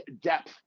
depth